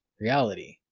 reality